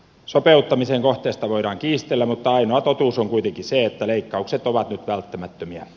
sopeuttamisen kohteista voidaan kiistellä mutta ainoa totuus on kuitenkin se että leikkaukset ovat nyt välttämättömiä